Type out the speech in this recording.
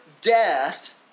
death